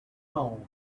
home